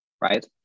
right